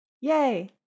Yay